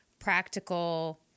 practical